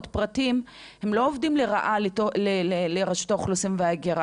הם לא עובדים לרעת רשות האוכלוסין וההגירה.